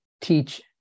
teach